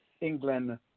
England